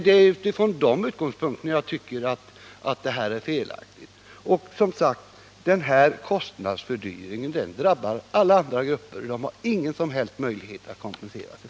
Det är från de utgångspunkterna jag tycker att den här konstruktionen är felaktig. Kostnadsfördyringarna drabbar ju också alla andra grupper, men de har ingen som helst möjlighet att kompensera sig.